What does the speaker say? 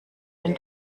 den